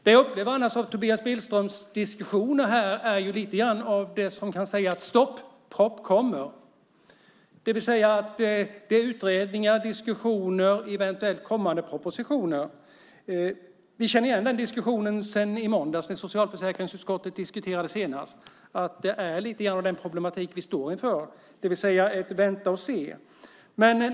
Det jag annars upplever av Tobias Billströms diskussioner här är: Stopp! Propp kommer! Det är utredningar, diskussioner, eventuellt kommande propositioner. Vi känner igen den diskussionen sedan i måndags när socialförsäkringsutskottet diskuterade senast. Det är lite grann av den problematik vi står inför, det vill säga att vänta och se.